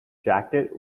jacket